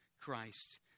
Christ